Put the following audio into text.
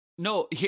No